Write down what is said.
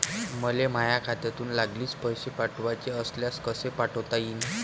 मले माह्या खात्यातून लागलीच पैसे पाठवाचे असल्यास कसे पाठोता यीन?